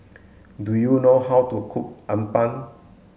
do you know how to cook Appam